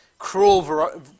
Cruel